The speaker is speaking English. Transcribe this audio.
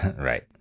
Right